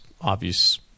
obvious